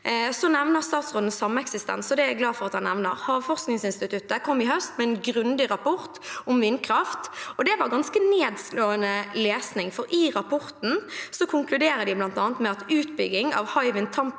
Statsråden nevner sameksistens, og det er jeg glad for at han gjør. Havforskningsinstituttet kom i høst med en grundig rapport om vindkraft. Det var ganske nedslående lesning, for i rapporten konkluderer de bl.a. med at utbygging av Hywind Tampen